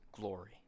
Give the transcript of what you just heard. glory